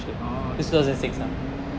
oh okay